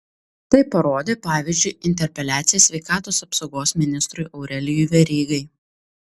tai parodė pavyzdžiui interpeliacija sveikatos apsaugos ministrui aurelijui verygai